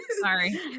sorry